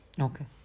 Okay